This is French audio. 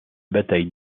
bataille